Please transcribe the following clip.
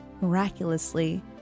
miraculously